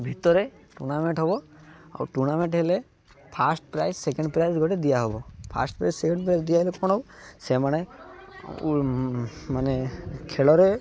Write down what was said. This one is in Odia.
ଭିତରେ ଟୁର୍ଣ୍ଣାମେଣ୍ଟ୍ ହବ ଆଉ ଟୁର୍ଣ୍ଣାମେଣ୍ଟ୍ ହେଲେ ଫାଷ୍ଟ୍ ପ୍ରାଇଜ୍ ସେକେଣ୍ଡ୍ ପ୍ରାଇଜ୍ ଗୋଟେ ଦିଆହବ ଫାଷ୍ଟ୍ ପ୍ରାଇଜ୍ ପ୍ରାଇଜ୍ ଦିଆହେଲେ କ'ଣ ହବ ସେମାନେ ମାନେ ଖେଳରେ